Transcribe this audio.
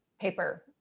paper